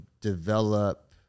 develop